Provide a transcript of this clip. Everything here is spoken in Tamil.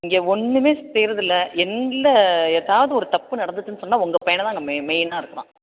இங்கே ஒன்றுமே செய்யுறது இல்லை எங்களை எதாவது ஒரு தப்பு நடந்துது சொன்னால் உங்கள் பையனை தான் அங்கே மெ மெயினாக இருக்கிறான்